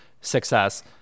success